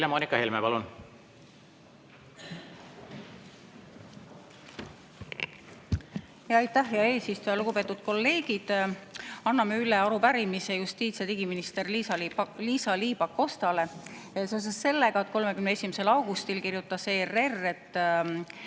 hea eesistuja! Lugupeetud kolleegid! Anname üle arupärimise justiits- ja digiminister Liisa-Ly Pakostale seoses sellega, et 31. augustil kirjutas ERR, et